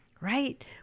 right